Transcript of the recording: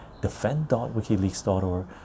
defend.wikileaks.org